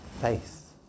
faith